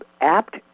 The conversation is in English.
apt